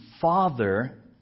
father